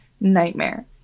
nightmare